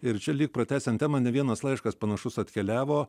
ir čia lyg pratęsiant temą ne vienas laiškas panašus atkeliavo